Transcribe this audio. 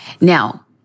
Now